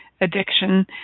addiction